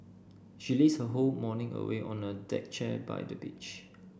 she lazed her whole morning away on a deck chair by the beach